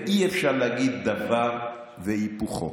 אי-אפשר להגיד דבר והיפוכו.